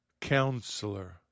Counselor